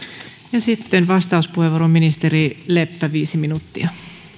ja sitten vastauspuheenvuoro ministeri leppä viisi minuuttia